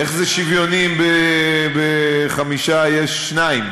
איך זה שוויוני אם בחמישה יש שניים?